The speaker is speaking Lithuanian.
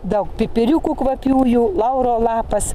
daug pipiriukų kvapiųjų lauro lapas